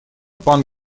пан